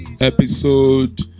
episode